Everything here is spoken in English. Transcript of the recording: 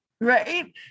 right